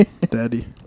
Daddy